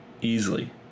Easily